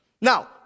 Now